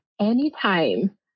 anytime